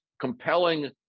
compelling